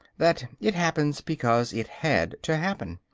that it happens because it had to happen.